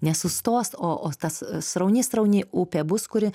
nesustos o o tas srauni srauni upė bus kuri